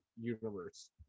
Universe